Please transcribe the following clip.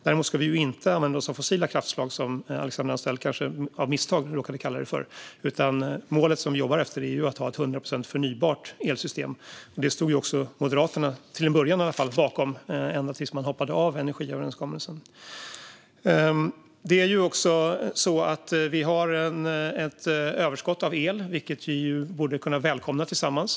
Däremot ska vi inte använda oss av fossila kraftslag, som Alexandra Anstrell kanske av misstag råkade kalla det för, utan det mål vi jobbar mot är att ha ett 100 procent förnybart elsystem. Detta stod även Moderaterna bakom, i alla fall till en början, tills man hoppade av energiöverenskommelsen. Vi har ett överskott på el, vilket vi tillsammans borde kunna välkomna.